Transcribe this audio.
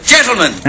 Gentlemen